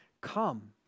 Come